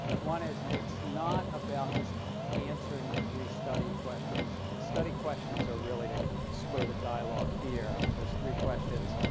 one is, it's not about just answering the three study questions. the study questions are really to spur the dialogue here. there's three questions.